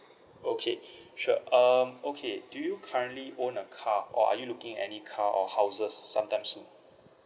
okay sure um okay do you currently own a car or are you looking any car or houses sometimes soon